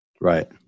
Right